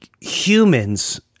Humans